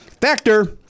Factor